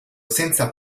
senza